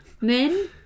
Men